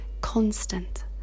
constant